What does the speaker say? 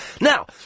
Now